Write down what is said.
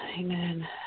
Amen